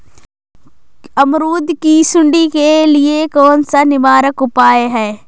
अमरूद की सुंडी के लिए कौन सा निवारक उपाय है?